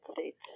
States